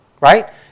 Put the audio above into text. Right